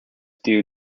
due